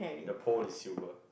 the pour is silver